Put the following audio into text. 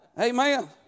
Amen